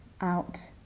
out